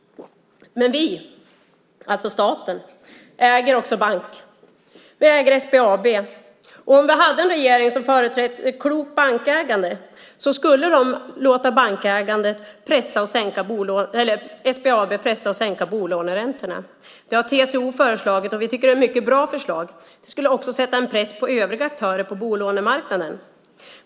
Men vi, alltså staten, äger också en bank, nämligen SBAB. Om vi hade en regering som företrädde ett klokt bankägande skulle den låta SBAB pressa och sänka bolåneräntorna. Det har TCO föreslagit, och vi tycker att det är ett mycket bra förslag. Det skulle också sätta en press på övriga aktörer på bolånemarknaden.